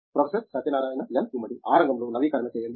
professor Satyanarayana N Gummadi ఆ రంగం లో నవీకరణ చేయండి